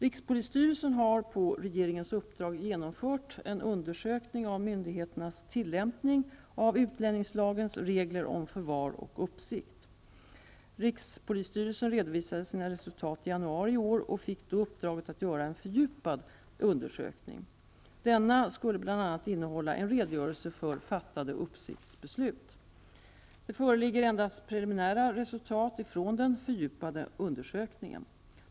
Rikspolisstyrelsen har på regeringens uppdrag genomfört en undersökning av myndigheternas tillämpning av utlänningslagens regler om förvar och uppsikt. Rikspolisstyrelsen redovisade sina resultat i januari i år och fick då uppdraget att göra en fördjupad undersökning. Denna skulle bl.a. innehålla en redogörelse för fattade uppsiktsbeslut. Det föreligger endast preliminära resultat från den fördjupade undersökningen.